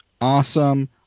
awesome